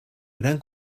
gran